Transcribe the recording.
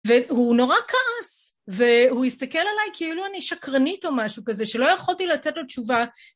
והוא נורא כעס והוא הסתכל עלי כאילו אני שקרנית או משהו כזה שלא יכולתי לתת לו תשובה